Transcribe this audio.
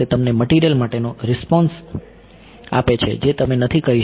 તે તમને મટીરીયલ માટેનો રિસ્પોન્સ આપે છે જે તમે નથી કહી શકતા